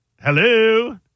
Hello